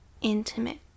intimate